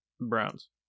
Browns